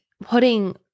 putting